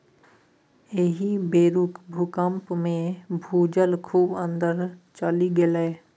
एहि बेरुक भूकंपमे भूजल खूब अंदर चलि गेलै